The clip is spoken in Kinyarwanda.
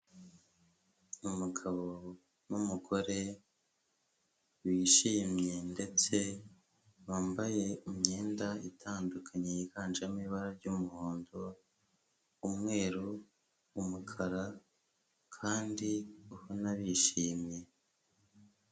Umugabo n'umugore bishimye ndetse bambaye imyenda itandukanye yiganjemo ibara ry'umuhondo, umweru, umukara kandi ubona bishimye.